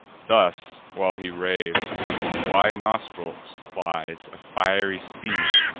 thus while he raves, from his wide nostrils flies a fiery steam,